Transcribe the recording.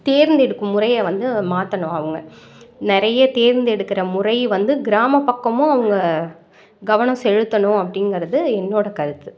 தேர்ந்தெடுக்கும் முறையை வந்து மாற்றணும் அவங்க நிறைய தேர்ந்தெடுக்கிற முறை வந்து கிராம பக்கமும் அவங்க கவனம் செலுத்தணும் அப்படிங்குறது என்னோடய கருத்து